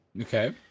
okay